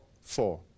Four